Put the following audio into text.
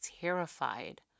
terrified